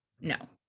no